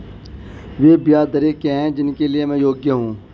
वे ब्याज दरें क्या हैं जिनके लिए मैं योग्य हूँ?